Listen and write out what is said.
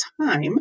time